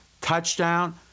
Touchdown